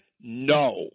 No